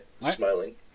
smiling